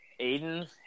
Aiden